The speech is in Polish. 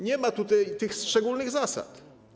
Nie ma tutaj opisu tych szczególnych zasad.